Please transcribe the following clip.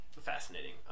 fascinating